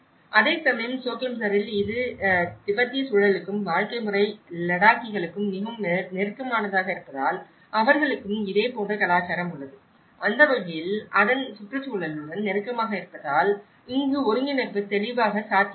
அதேசமயம் சோக்ளாம்சரில் இது திபெத்திய சூழலுக்கும் வாழ்க்கை முறை லடாக்கிகளுக்கும் மிகவும் நெருக்கமானதாக இருப்பதால் அவர்களுக்கும் இதே போன்ற கலாச்சாரம் உள்ளது அந்த வகையில் அதன் சுற்றுச்சூழலுடன் நெருக்கமாக இருப்பதால் இங்கு ஒருங்கிணைப்பு தெளிவாக சாத்தியமானது